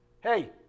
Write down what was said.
hey